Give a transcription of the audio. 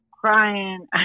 crying